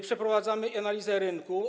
Przeprowadzamy analizę rynku.